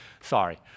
Sorry